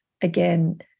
again